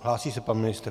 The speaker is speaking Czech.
A hlásí se pan ministr.